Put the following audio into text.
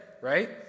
Right